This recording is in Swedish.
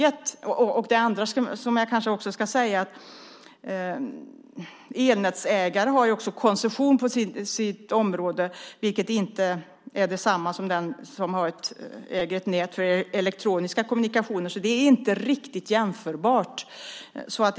Elnätsägare har ju också koncession på sitt område, vilket inte är detsamma som för den som äger ett nät för elektroniska kommunikationer. Det är inte riktigt jämförbart.